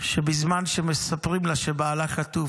שבזמן שמספרים לה שבעלה חטוף,